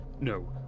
no